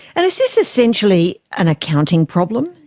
and is this essentially an accounting problem?